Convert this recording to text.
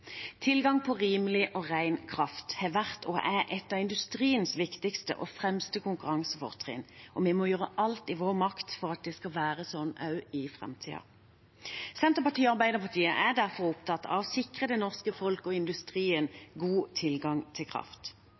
Tilgang på rimelig og ren kraft har vært og er et av industriens viktigste og fremste konkurransefortrinn, og vi må gjøre alt i vår makt for at det skal være sånn også i framtiden. Senterpartiet og Arbeiderpartiet er derfor opptatt av å sikre det norske folk og industrien god tilgang på kraft.